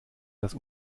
das